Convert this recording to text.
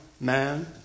man